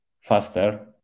faster